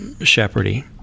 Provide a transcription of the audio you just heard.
shepherding